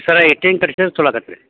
ಸರ್ರ ಇಟ್ಟಿಗೆ ಕಡ್ಸ್ದ್ರೆ ಚೊಲೋ ಆಕೈತ್ರಿ